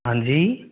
हाँ जी